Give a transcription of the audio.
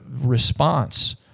response